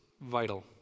vital